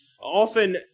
often